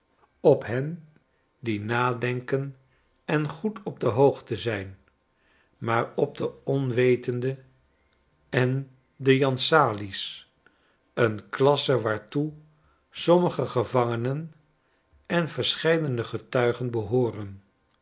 op hen die nadenkenengoed op de hoogte zijn maar op de onwetenden en de jan salies een klasse waartoe sommige gevangenen en verscheidene getuigen behooren